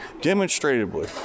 demonstratively